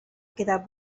quedar